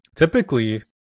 Typically